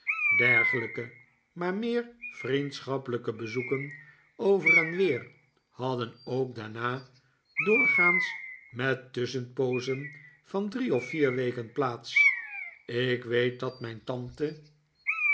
dergelijke maar meer vriendschappelijke bezoeken over en weer hadden ook daarna doorgaans met tusschehpoozen van drie of vier weken plaats ik weet dat mijn tante